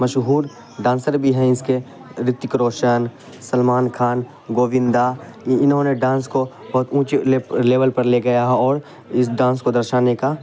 مشہور ڈانسر بھی ہیں اس کے رتک روشن سلمان خان گووندا انہوں نے ڈانس کو بہت اونچے لیول پر لے گیا ہے اور اس ڈانس کو درشانے کا